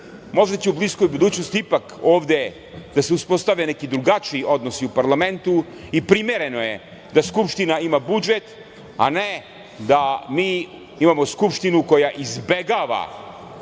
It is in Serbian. možda će u bliskoj budućnosti ipak ovde da se uspostave neki drugačiji odnosi u parlamentu i primereno je da Skupština ima budžet, a ne da mi imamo Skupštinu koja izbegava